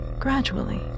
Gradually